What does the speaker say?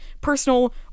personal